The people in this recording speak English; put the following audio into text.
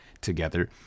together